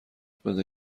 بده